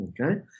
okay